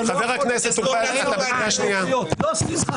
חבר הכנסת קינלי, צא בבקשה.